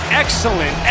excellent